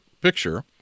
picture